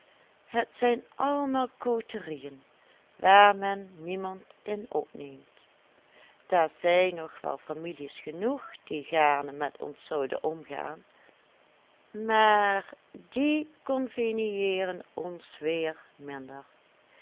het zijn allemaal coterieën waar men niemand in opneemt daar zijn nog wel families genoeg die gaarne met ons zouden omgaan maar die conveniëeren ons weer minder